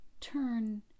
turn